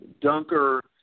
Dunker